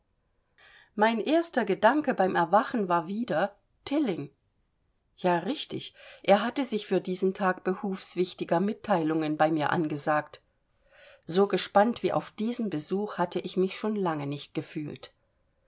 mein erster gedanke beim erwachen war wieder tilling ja richtig er hatte sich für diesen tag behufs wichtiger mitteilungen bei mir angesagt so gespannt wie auf diesen besuch hatte ich mich schon lange nicht gefühlt